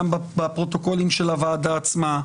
גם בפרוטוקולים של הוועדה עצמה,